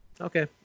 okay